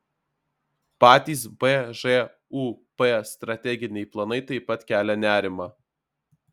patys bžūp strateginiai planai taip pat kelia nerimą